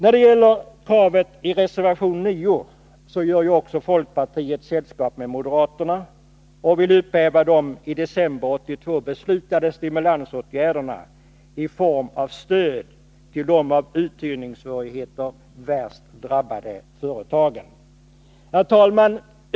Beträffande kravet i reservation 9 gör folkpartiet sällskap med moderaterna när man vill upphäva de i december 1982 beslutade stimulansåtgär derna i form av stöd till de av uthyrningssvårigheter värst drabbade företagen. Herr talman!